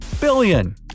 Billion